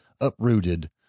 uprooted